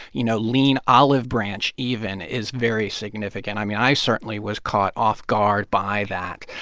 you know, lean olive branch even is very significant. i mean, i certainly was caught off guard by that.